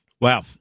Wow